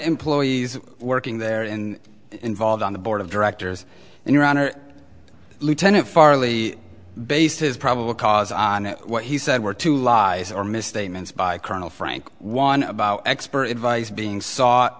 employees working there in involved on the board of directors and your honor lieutenant farley based his probable cause on what he said were two lies or misstatements by colonel frank one about expert advice being sought